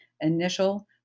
initial